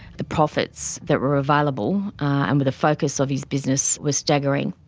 the profits that were available and were the focus of his business were staggering.